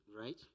Right